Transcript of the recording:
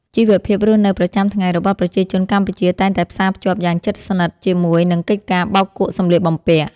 ជីវភាពរស់នៅប្រចាំថ្ងៃរបស់ប្រជាជនកម្ពុជាតែងតែផ្សារភ្ជាប់យ៉ាងជិតស្និទ្ធជាមួយនឹងកិច្ចការបោកគក់សម្លៀកបំពាក់។